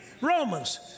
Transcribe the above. Romans